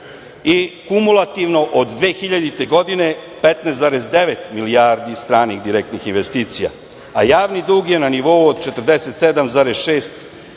i kumulativno od 2000. godine 15,9 milijardi direktnih stranih investicija, a javni dug je na nivou od 47,6%